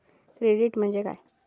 Credit म्हणजे काय?